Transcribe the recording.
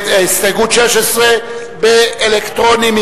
הסתייגות 16, בהצבעה אלקטרונית.